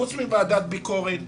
חוץ מוועדת ביקורת,